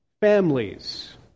families